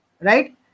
right